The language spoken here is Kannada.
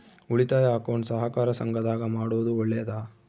ಉಳಿತಾಯ ಅಕೌಂಟ್ ಸಹಕಾರ ಸಂಘದಾಗ ಮಾಡೋದು ಒಳ್ಳೇದಾ?